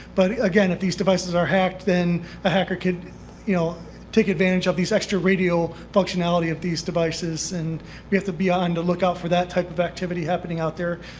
but again, if these devices are hacked, then a hacker could you know take advantage of these extra radio functionalities of these devices, and we have to be on the lookout for that type of activity happening out there,